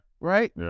Right